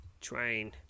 train